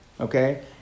Okay